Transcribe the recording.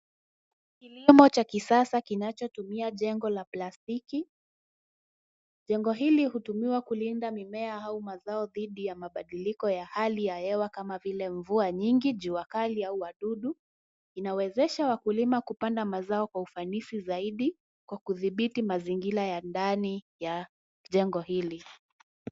Kilimo cha kisasa kinachotumia jengo la plastiki. Jengo hili hutumiwa kulinda mimea au mazao dhidi ya mabadiliko ya hali ya hewa kama vile mvua nyingi, jua kali au wadudu. Inawezesha wakulima kupanda mimea kwa ufanisi zaidi kwa kudhibiti mazingira ya ndani ya jengo hili.